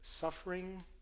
suffering